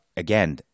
Again